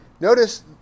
notice